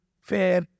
fair